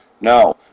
No